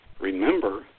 Remember